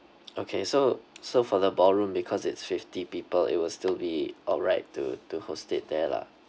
okay so so for the ballroom because it's fifty people it will still be alright to to host it there lah